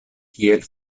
kiel